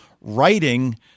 writing